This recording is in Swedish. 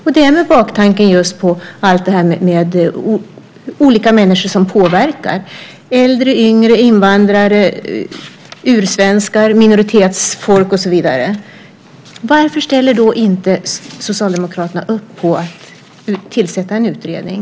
Det är just med baktanken att olika människor påverkar, äldre, yngre, invandrare, ursvenskar, minoritetsfolk och så vidare. Varför ställer inte Socialdemokraterna upp på att tillsätta en utredning?